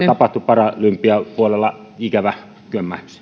tapahtui paralympiapuolella ikävä kömmähdys